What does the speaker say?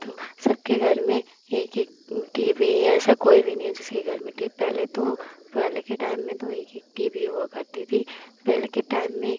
तो सबके घर में एक एक टी वी है या ऐसा कोई भी नहीं है जिसके घर में टी वी पहले तो पहले के टाइम में तो एक एक टी वी हुआ करता था पहले के टाइम में